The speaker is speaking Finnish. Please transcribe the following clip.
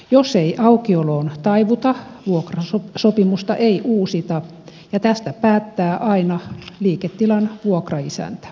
jos ei aukioloon taivuta vuokrasopimusta ei uusita ja tästä päättää aina liiketilan vuokraisäntä